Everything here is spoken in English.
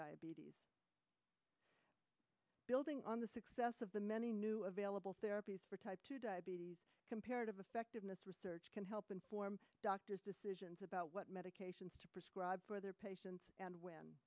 diabetes building on the success of the many new available therapies for type two diabetes comparative effectiveness research can help inform doctors decisions about what medications for their patients and when